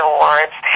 Awards